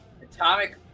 Atomic